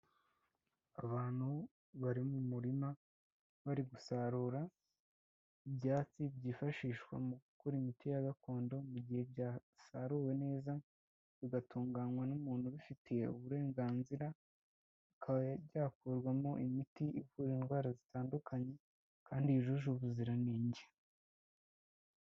Abantu bari mu murima bari gusarura ibyatsi byifashishwa mu gukora imiti ya gakondo mu gihe byasaruwe neza, bigatunganywa n'umuntu ubifitiye uburenganzira, bikaba byakurwamo imiti ivura indwara zitandukanye kandi yujuje ubuziranenge.